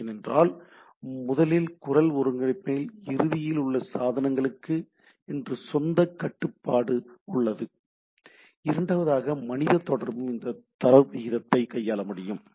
ஏனென்றால் முதலில் குரல் ஒருங்கிணைப்பில் இறுதியில் உள்ள சாதனங்கள்க்கு என்று சொந்த கட்டுப்பாடு உள்ளது இரண்டாவதாக மனித தொடர்பும் இந்த தரவு வீதத்தை கையாள முடியும்